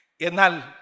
Enal